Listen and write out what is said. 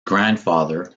grandfather